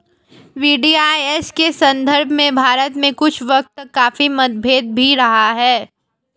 VDIS के संदर्भ में भारत में कुछ वक्त तक काफी मतभेद भी रहा है